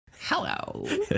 Hello